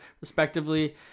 respectively